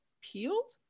peeled